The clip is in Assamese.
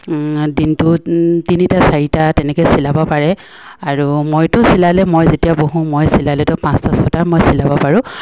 দিনটো তিনিটা চাৰিটা তেনেকে চিলাব পাৰে আৰু মইতো চিলালে মই যেতিয়া বহোঁ মই চিলালেতো পাঁচটা ছটা মই চিলাব পাৰোঁ